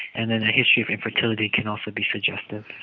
and then a history of infertility can often be suggested.